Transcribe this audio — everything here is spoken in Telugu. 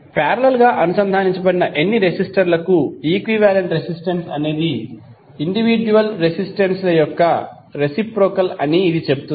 పారేలల్ గా అనుసంధానించబడిన ఎన్ని రెసిస్టర్లకు ఈక్వివాలెంట్ రెసిస్టెన్స్ అనేది ఇండివిడ్యుయల్ రెసిస్టెన్స్ ల యొక్క రెసిప్రొకల్ అని ఇది చెబుతుంది